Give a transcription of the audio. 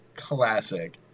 Classic